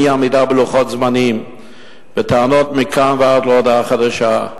אי-עמידה בלוחות זמנים וטענות מכאן ועד להודעה חדשה.